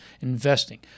investing